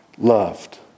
Loved